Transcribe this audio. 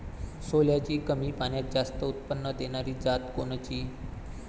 सोल्याची कमी पान्यात जास्त उत्पन्न देनारी जात कोनची?